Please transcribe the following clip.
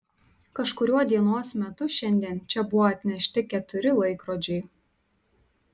kažkuriuo dienos metu šiandien čia buvo atnešti keturi laikrodžiai